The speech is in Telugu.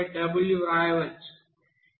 025w వ్రాయవచ్చు